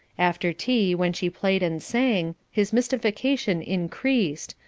after tea, when she played and sang, his mystification increased,